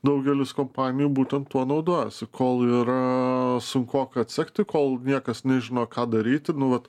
daugelis kompanijų būtent tuo naudojasi kol yra sunkoka atsekti kol niekas nežino ką daryti nu vat